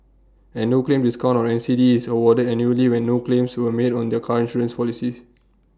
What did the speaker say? A no claim discount or N C D is awarded annually when no claims were made on the car insurance policy